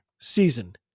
season